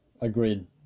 Agreed